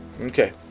Okay